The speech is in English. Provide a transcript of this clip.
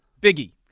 Biggie